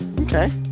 okay